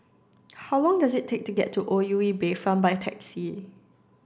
how long does it take to get to O U E Bayfront by taxi